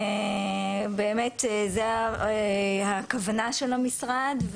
באמת זה הכוונה של המשרד.